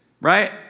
right